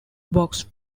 box